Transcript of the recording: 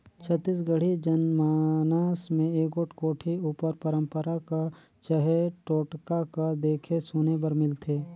छत्तीसगढ़ी जनमानस मे एगोट कोठी उपर पंरपरा कह चहे टोटका कह देखे सुने बर मिलथे